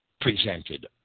presented